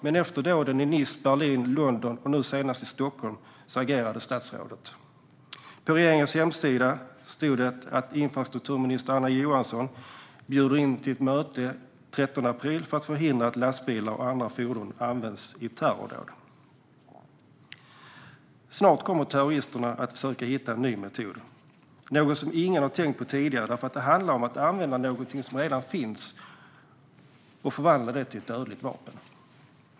Men efter dåden i Nice, Berlin, London och nu senast i Stockholm agerade statsrådet. På regeringens hemsida stod det att infrastrukturminister Anna Johansson bjuder in till ett möte den 13 april för att förhindra att lastbilar och andra fordon används i terrordåd. Snart kommer terroristerna att försöka hitta en ny metod, något som ingen har tänkt på tidigare. Det handlar nämligen om att använda någonting som redan finns och förvandla det till ett dödligt vapen.